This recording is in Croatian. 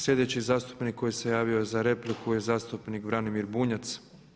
Sljedeći zastupnik koji se javio za repliku je zastupnik Branimir Bunjac.